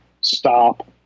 stop